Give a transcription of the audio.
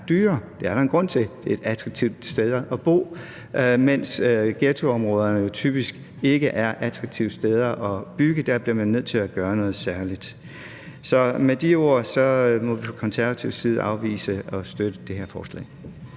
dyre. Det er der jo en grund til; det er et attraktivt sted at bo – mens ghettoområderne jo typisk ikke er attraktive steder at bygge. Der bliver man nødt til at gøre noget særligt. Så med de ord må vi fra Konservatives side afvise at støtte det her forslag.